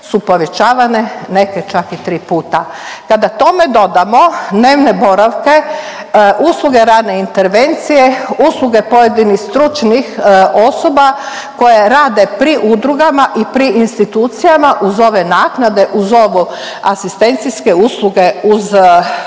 su povećavane neke čak i tri puta. Kada tome dodamo dnevne boravke, usluge rane intervencije, usluge pojedinih stručnih osoba koje rade pri udrugama i pri institucijama uz ove naknade, uz ovu asistencijske usluge uz